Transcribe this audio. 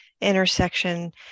intersection